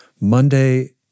Monday